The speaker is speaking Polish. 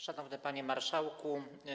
Szanowny Panie Marszałku!